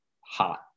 hot